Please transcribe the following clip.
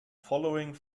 following